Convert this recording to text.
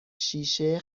شیشه